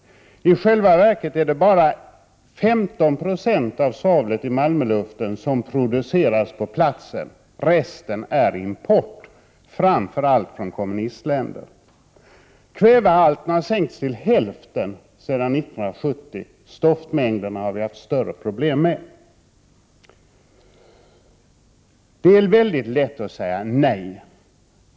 I själva verket är det bara 15 96 av svavlet i Malmöluften som produceras på platsen — resten är import, framför allt från kommunistländer. Kvävehalten har sänkts till hälften sedan 1970; stoftmängderna har vi haft större problem med. Det är lätt att säga nej.